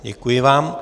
Děkuji vám.